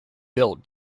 built